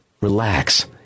relax